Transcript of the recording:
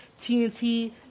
TNT